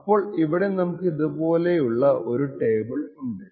അപ്പോൾ ഇവിടെ നമുക്ക് ഇതുപോലുള്ള ഒരു ടേബിൾ ഉണ്ട്